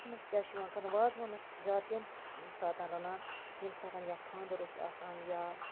اتھ مَنٛز کیاہ چھُ یِوان کَرنہٕ وازوانَس زیاد تَمہ ساتَن رَنان ییٚمہ ساتَن یا خاندَر اوس آسان یا